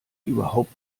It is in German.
überhaupt